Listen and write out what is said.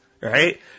right